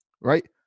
right